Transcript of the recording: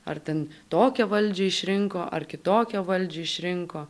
ar ten tokią valdžią išrinko ar kitokią valdžią išrinko